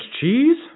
cheese